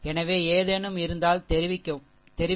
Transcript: எனவே ஏதேனும் இருந்தால் தெரிவிக்கவும் சரி